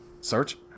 search